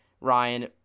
Ryan